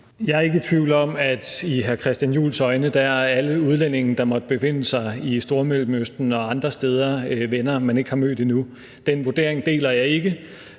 Jeg er ikke i tvivl om, at i hr. Christian Juhls øjne er alle udlændinge, der måtte befinde sig i Stormellemøsten og andre steder, venner, man ikke har mødt endnu. Den vurdering deler jeg ikke.